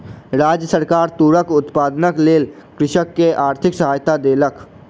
राज्य सरकार तूरक उत्पादनक लेल कृषक के आर्थिक सहायता देलक